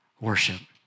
worship